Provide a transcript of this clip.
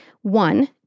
one